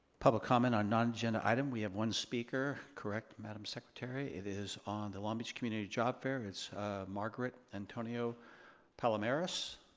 public comment on non-agenda item. we have one speaker, correct, madame secretary, it is on the long beach community job fair. it's margaret antonio palameres.